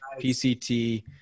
PCT